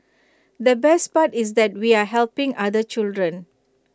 the best part is that we are helping other children